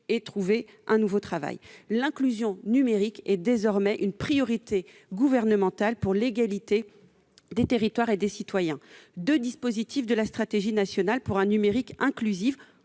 trouver un nouveau travail. L'inclusion numérique est désormais une priorité gouvernementale, au nom de l'égalité des territoires et des citoyens. Deux dispositifs de la stratégie nationale pour un numérique inclusif